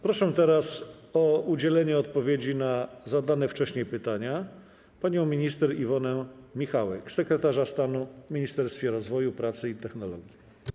Proszę teraz o udzielenie odpowiedzi na zadane wcześniej pytania panią minister Iwonę Michałek, sekretarza stanu w Ministerstwie Rozwoju, Pracy i Technologii.